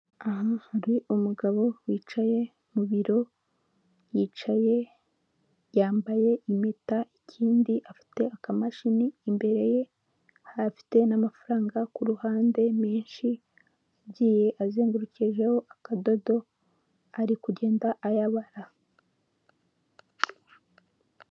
Aha hari umugabo wicaye mu biro yicaye yambaye impeta ikindi afite akamashini, imbere ye ahafite n'amafaranga ku ruhande menshi agiye azengurukijeho akadodo ari kugenda ayabara.